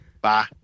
Bye